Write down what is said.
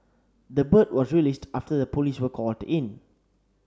the bird was released after the police were called in